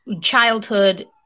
childhood